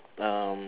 um